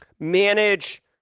manage